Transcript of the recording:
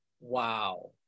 Wow